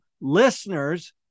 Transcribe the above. listeners